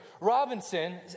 Robinson